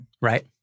Right